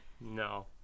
No